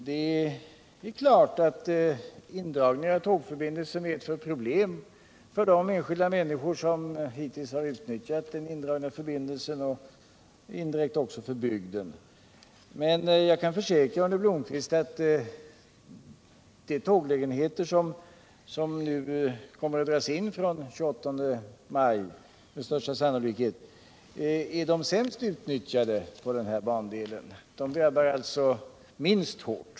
Det är klart att indragningarna av tågförbindelser medför problem för de enskilda människor som hittills har utnyttjat de indragna förbindelserna och indirekt också för bygden, men jag kan försäkra Arne Blomkvist att de tåglägenheter som med största sannolikhet kommer att dras in från den 28 maj är de sämst utnyttjade på den här bandelen. Dessa indragningar drabbar alltså minst hårt.